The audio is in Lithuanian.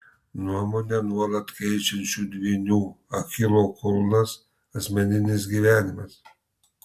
nuomonę nuolat keičiančių dvynių achilo kulnas asmeninis gyvenimas